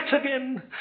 again